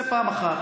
זה, פעם אחת.